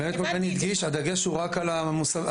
באמת כמו שבני הדגיש: הדגש הוא רק על ניתנים להסבה.